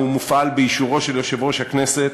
ומופעל באישורו של יושב-ראש הכנסת